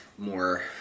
more